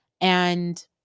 And-